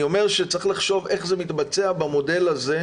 אני אומר שצריך לחשוב איך זה מתבצע במודל הזה,